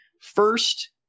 first